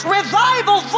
revival